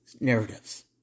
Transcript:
narratives